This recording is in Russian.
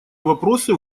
вопросы